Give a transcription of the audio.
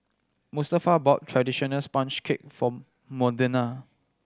Mustafa bought traditional sponge cake for Modena